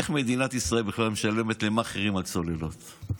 איך מדינת ישראל משלמת למאכערים על צוללות,